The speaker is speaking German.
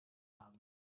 haben